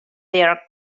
their